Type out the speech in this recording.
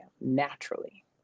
naturally